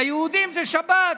ליהודים זה שבת,